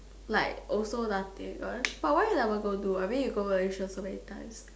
like also nothing one but why you never go do I mean you go Malaysia so many times